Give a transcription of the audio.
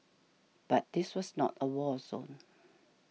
but this was not a war zone